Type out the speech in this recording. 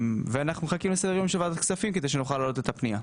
ואנחנו מחכים לסדר היום של ועדת הכספים כדי שנוכל להעלות את הפנייה.